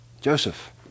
joseph